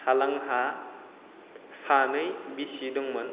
हालांहा सानै बिसि दंमोन